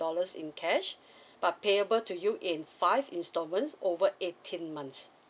dollars in cash but payable to you in five instalments over eighteen months